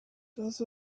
does